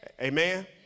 Amen